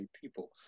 people